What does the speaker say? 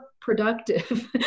productive